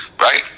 Right